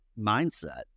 mindset